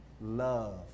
love